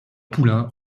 poulain